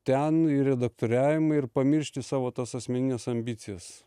ten į redaktoriavimą ir pamiršti savo tas asmenines ambicijas